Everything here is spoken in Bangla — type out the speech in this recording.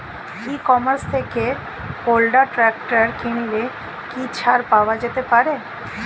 ই কমার্স থেকে হোন্ডা ট্রাকটার কিনলে কি ছাড় পাওয়া যেতে পারে?